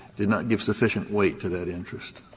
did not give sufficient weight to that interest.